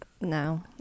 No